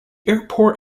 airport